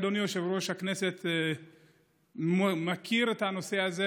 אדוני יושב-ראש הכנסת מכיר את הנושא הזה,